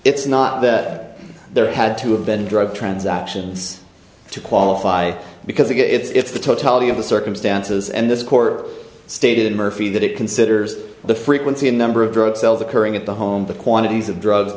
it's not that there had to have been drug transactions to qualify because again it's the totality of the circumstances and this court stated in murphy that it considers the frequency and number of drug sales occurring at the home the quantities of drugs